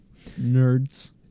Nerds